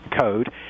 code